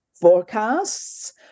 forecasts